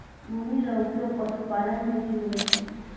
भूमि रो उपयोग पशुपालन मे भी हुवै छै